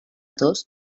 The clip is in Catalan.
dos